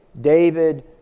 David